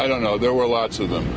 i don't know there were lots of them